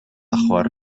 batzuek